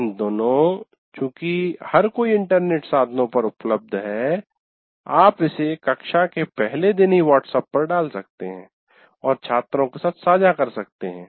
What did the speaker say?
इन दिनों चूंकि हर कोई इंटरनेट साधनों पर उपलब्ध है आप इसे कक्षा के पहले दिन ही व्हाट्सऐप पर डाल सकते हैं और छात्रों के साथ साझा कर सकते हैं